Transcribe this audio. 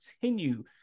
continue